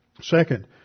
Second